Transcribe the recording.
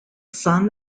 son